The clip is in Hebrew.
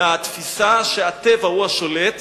מהתפיסה שהטבע הוא השולט,